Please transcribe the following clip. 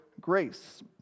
grace